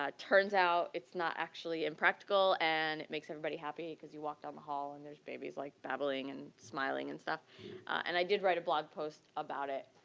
ah turns out, it's not actually impractical and it makes everybody happy cause you walk down the hall and there's babies like babbling and smiling and stuff and i did write a blog post about it.